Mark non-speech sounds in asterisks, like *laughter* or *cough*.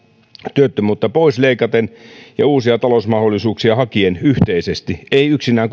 työttömyyttä pois leikaten ja uusia talousmahdollisuuksia hakien yhteisesti ei kukaan meistä yksinään *unintelligible*